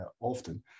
often